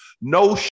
No